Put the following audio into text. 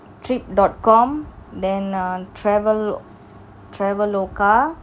trip dot com then err travel traveloka